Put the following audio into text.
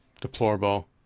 deplorable